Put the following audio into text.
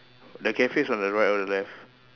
the cafe is on the right or the left